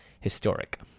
historic